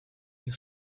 you